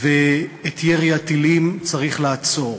ואת ירי הטילים צריך לעצור.